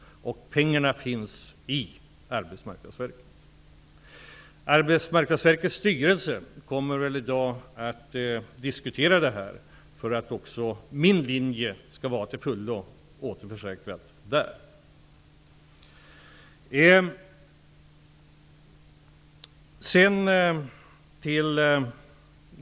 Pengarna finns i Arbetsmarknadsverkets styrelse kommer i dag att diskutera denna fråga för att min linje skall vara till fullo återförsäkrad också där.